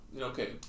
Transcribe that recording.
okay